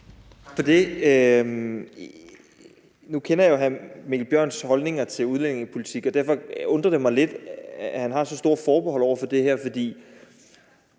Nu kender jeg jo hr. Mikkel Bjørns holdninger til udlændingepolitik, og derfor undrer det mig lidt, at han har så store forbehold over for det her, for